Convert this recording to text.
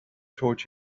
told